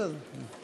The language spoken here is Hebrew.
בסדר.